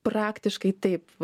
praktiškai taip